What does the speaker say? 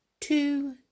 two